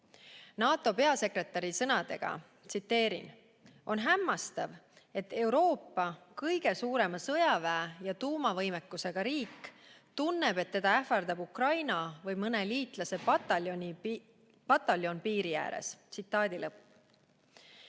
NATO peasekretäri sõnadega (tsiteerin): "On hämmastav, et Euroopa kõige suurema sõjaväe ja tuumavõimekusega riik tunneb, et teda ähvardab Ukraina või mõne liitlase pataljon piiri ääres." (Tsitaadi lõpp.)